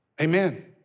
amen